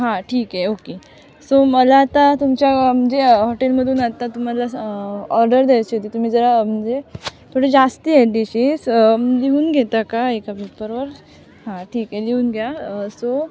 हां ठीक आहे ओके सो मला आता तुमच्या म्हणजे हॉटेलमधून आत्ता तुम्हाला स ऑर्डर द्यायची होती तुम्ही जरा म्हणजे थोडी जास्त आहेत डीशेस लिहून घेता का एका पेपरवर हां ठीक आहे लिहून घ्या सो